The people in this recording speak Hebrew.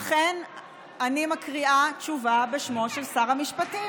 אכן אני מקריאה תשובה בשמו של שר המשפטים.